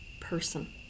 person